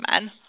men